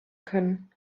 können